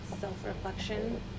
self-reflection